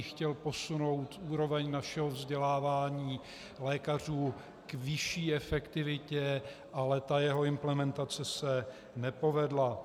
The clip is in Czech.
Chtěl posunout úroveň našeho vzdělávání lékařů k vyšší efektivitě, ale ta jeho implementace se nepovedla.